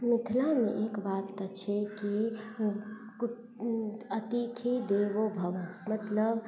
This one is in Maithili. मिथिलामे एक बात तऽ छै कि अतिथि देवो भव मतलब